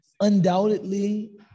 undoubtedly